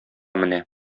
менә